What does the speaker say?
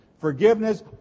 Forgiveness